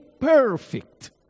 perfect